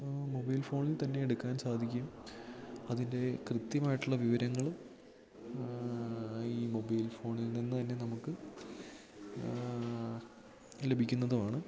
mobile ഫോണിൽ തന്നെ എടുക്കാൻ സാധിക്കും അതിൻ്റെ കൃത്യമായിട്ടുള്ള വിവരങ്ങളും ഈ മൊബൈൽ ഫോണിൽ നിന്ന് തന്നെ നമുക്ക് ലഭിക്കുന്നതുമാണ്